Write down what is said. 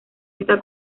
está